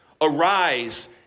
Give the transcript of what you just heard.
Arise